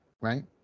right